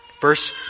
Verse